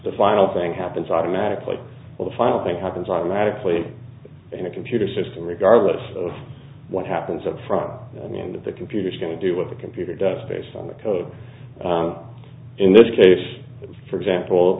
the final thing happens automatically or the final thing happens automatically in a computer system regardless of what happens up front and the computer going to do with the computer does based on the code in this case for example